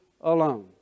alone